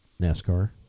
NASCAR